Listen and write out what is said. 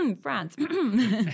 France